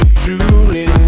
truly